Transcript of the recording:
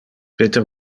peter